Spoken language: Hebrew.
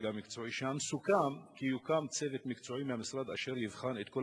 המקצועי סוכם כי יוקם צוות מקצועי מהמשרד אשר יבחן את כל